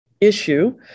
issue